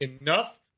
enough